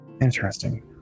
Interesting